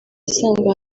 asanga